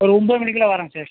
ஒரு ஒம்பது மணிக்குலாம் வரேன் சார்